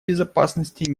безопасности